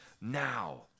now